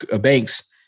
banks